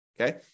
Okay